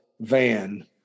Van